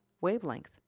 wavelength